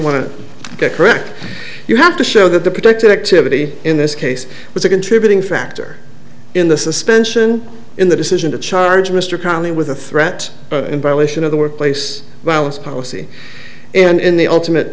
want to correct you have to show that the protected activity in this case was a contributing factor in the suspension in the decision to charge mr connelly with the threat in violation of the workplace violence policy and in the ultimate